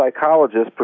psychologists